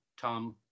Tom